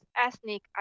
ethnic